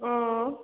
अँ